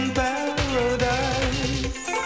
paradise